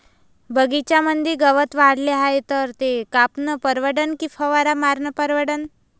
बगीच्यामंदी गवत वाढले हाये तर ते कापनं परवडन की फवारा मारनं परवडन?